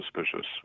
suspicious